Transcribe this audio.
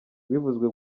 bivuzwe